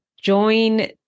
join